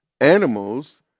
animals